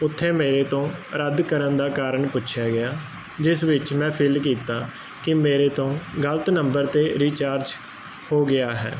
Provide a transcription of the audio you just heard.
ਉੱਥੇ ਮੇਰੇ ਤੋਂ ਰੱਦ ਕਰਨ ਦਾ ਕਾਰਨ ਪੁੱਛਿਆ ਗਿਆ ਜਿਸ ਵਿੱਚ ਮੈਂ ਫਿੱਲ ਕੀਤਾ ਕਿ ਮੇਰੇ ਤੋਂ ਗਲਤ ਨੰਬਰ ਤੇ ਰਿਚਾਰਜ ਹੋ ਗਿਆ ਹੈ